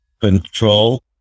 Control